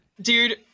Dude